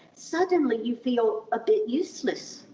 suddenly, you feel a bit useless.